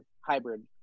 hybrid